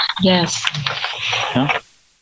Yes